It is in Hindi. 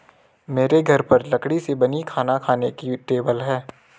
मेरे घर पर लकड़ी से बनी खाना खाने की टेबल है